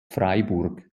freiburg